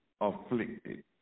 afflicted